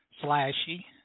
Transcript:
Flashy